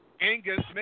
Angus